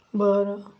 बरं